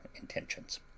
intentions